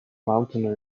mountain